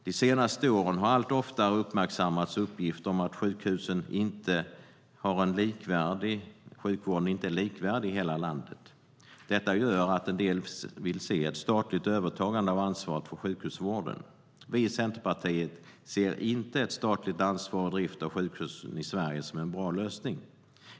De senaste åren har allt oftare uppmärksammats uppgifter om att sjukvården inte är likvärdig i hela landet. Detta gör att en del vill se ett statligt övertagande av ansvaret för sjukhusvården. Vi i Centerpartiet ser inte ett statligt ansvar för driften av sjukhusen i Sverige som en bra lösning.